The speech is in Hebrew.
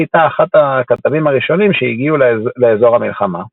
הייתה אחת הכתבים הראשונים שהגיעו לאזור המלחמה.